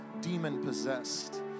demon-possessed